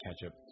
Ketchup